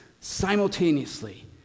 simultaneously